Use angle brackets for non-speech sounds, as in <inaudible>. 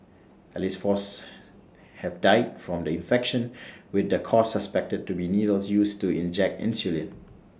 at least four's have died from the infection <noise> with the cause suspected to be needles used to inject insulin